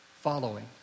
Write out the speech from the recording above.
following